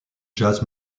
jazz